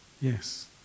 Yes